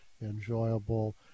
enjoyable